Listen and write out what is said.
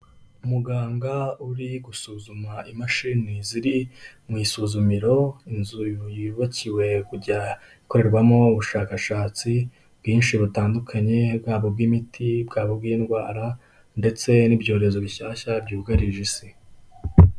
Umuganga uri gusuzuma imashini ziri mu isuzumiro, inzu yubakiwe kujya ikorerwamo ubushakashatsi bwinshi butandukanye, bwaba ubw'imiti, bwaba ubw'indwara ndetse n'ibyorezo bishyashya byugarije isi.